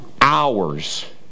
hours